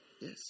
Yes